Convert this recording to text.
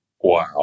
Wow